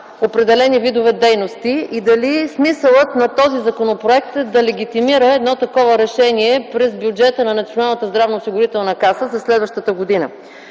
определени видове дейности и дали смисълът на този законопроект е да легитимира едно такова решение през бюджета на Националната здравноосигурителна каса за следващата година.